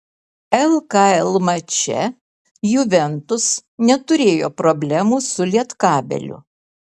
lkl mače juventus neturėjo problemų su lietkabeliu